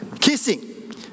kissing